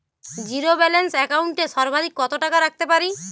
Zero balance account এ সর্বাধিক কত টাকা রাখতে পারি?